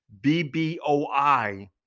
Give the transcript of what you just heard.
BBOI